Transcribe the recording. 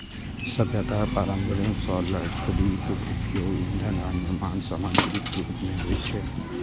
सभ्यताक प्रारंभे सं लकड़ीक उपयोग ईंधन आ निर्माण समाग्रीक रूप मे होइत रहल छै